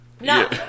No